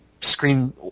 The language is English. screen